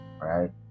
right